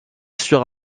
sur